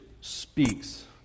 speaks